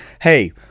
hey